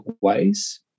ways